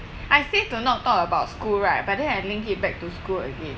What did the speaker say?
I say to not talk about school right but then I link it back to school again